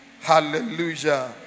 Hallelujah